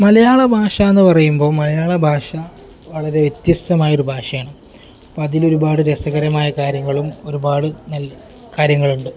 മലയാള ഭാഷ എന്നു പറയുമ്പോൾ മലയാള ഭാഷ വളരെ വ്യത്യസ്തമായ ഒരു ഭാഷയാണ് അപ്പം അതിൽ ഒരുപാട് രസകരമായ കാര്യങ്ങളും ഒരുപാട് നല കാര്യങ്ങളുമുണ്ട്